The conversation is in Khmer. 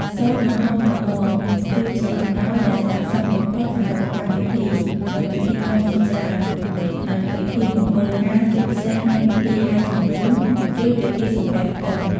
សូត្រ និងហូលផាមួង គឺជាអំណោយដែលស័ក្តិសមបំផុតសម្រាប់កម្មវិធី និងពិធីបុណ្យជាច្រើន និងពិធីមង្គលការ ជាពិសេសក្នុងពិធីហែជំនូន ឬពិធីសំពះផ្ទឹម ។